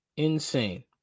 Insane